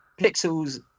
pixels